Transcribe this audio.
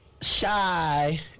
Shy